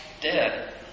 dead